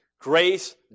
Grace